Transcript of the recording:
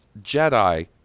Jedi